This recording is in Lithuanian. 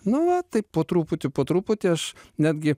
nu va taip po truputį po truputį aš netgi